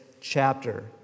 chapter